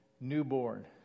newborn